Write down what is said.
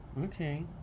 okay